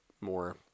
more